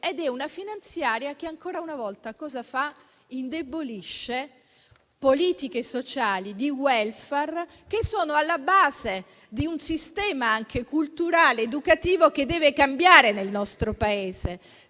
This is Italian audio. manovra finanziaria che ancora una volta indebolisce politiche sociali di *welfare* che sono alla base di un sistema, anche culturale ed educativo, che deve cambiare nel nostro Paese.